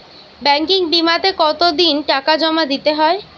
Banking বিমাতে কত দিন টাকা জমা দিতে হয়?